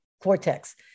cortex